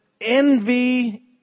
envy